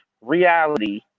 reality